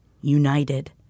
united